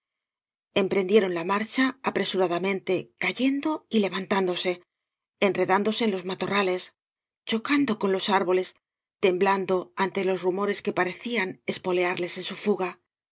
emprendieron la marcha apresuradamente cayendo y levantándose enredándose en los matorrales chocando con los árboles temblando ante los rumores que parecían espolearles en su fuga los